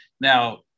Now